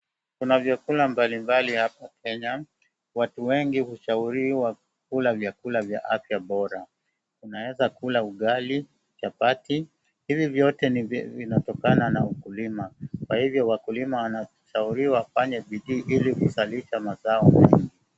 Kuna vyakula mbalimbali hapo Kenya, watu wengi hushauriwa kula vyakula vya afya bora ,unaweza kula ugali, chapati ,hivi vyote vinatokana na ukulima, kwa hivyo wakulima wanashauriwa kufanya bidii ili kuzalisha mazao mema.